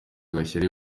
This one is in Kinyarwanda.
agashyi